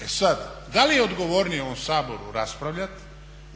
E sada da li je odgovornije u ovom Saboru raspravljati,